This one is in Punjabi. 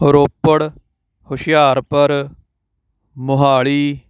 ਰੋਪੜ ਹੁਸ਼ਿਆਰਪੁਰ ਮੋਹਾਲੀ